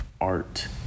art